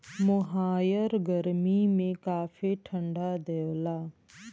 मोहायर गरमी में काफी ठंडा देवला